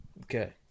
Okay